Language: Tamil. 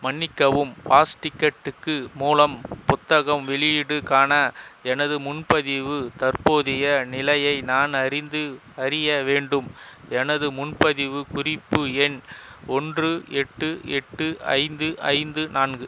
மன்னிக்கவும் ஃபாஸ்ட்டிக்கெட்டுக்கு மூலம் புத்தகம் வெளியீடுக்கான எனது முன்பதிவு தற்போதைய நிலையை நான் அறிந்து அறிய வேண்டும் எனது முன்பதிவு குறிப்பு எண் ஒன்று எட்டு எட்டு ஐந்து ஐந்து நான்கு